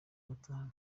batanu